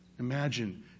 Imagine